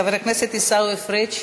חבר הכנסת עיסאווי פריג'.